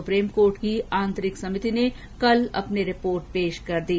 supreme court की आंतरिक समति ने कल अपनी रिपोर्ट पेश कर दी